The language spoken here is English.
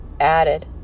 added